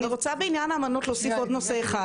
בעניין האמנות אני רוצה להוסיף עוד נושא אחד.